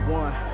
one